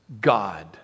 God